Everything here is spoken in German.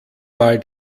mal